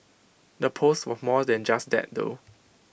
the post was more than just that though